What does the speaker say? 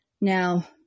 Now